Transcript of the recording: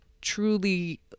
truly